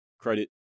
credit